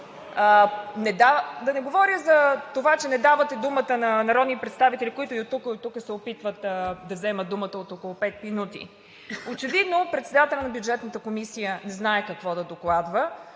Да не говоря за това, че не давате думата на народни представители, които оттук и оттук се опитват да вземат думата от около пет минути. Очевидно председателят на Бюджетната комисия не знае какво да докладва,